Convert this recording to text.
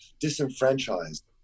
disenfranchised